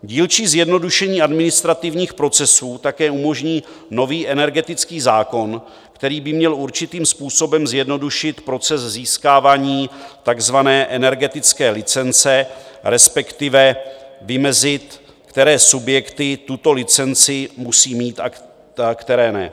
Dílčí zjednodušení administrativních procesů také umožní nový energetický zákon, který by měl určitým způsobem zjednodušit proces získávání takzvané energetické licence, respektive vymezit, které subjekty tuto licenci musí mít a které ne.